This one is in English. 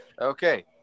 Okay